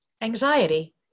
Anxiety